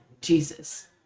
Jesus